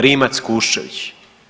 Rimac-Kuščević.